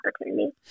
opportunity